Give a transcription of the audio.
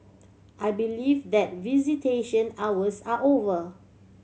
I believe that visitation hours are over